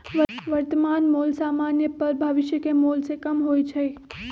वर्तमान मोल समान्य पर भविष्य के मोल से कम होइ छइ